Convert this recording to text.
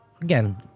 Again